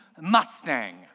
Mustang